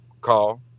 call